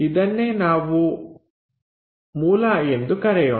ಇದನ್ನೇ ಮೂಲ ಎಂದು ನಾವು ಕರೆಯೋಣ